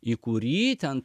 į kurį ten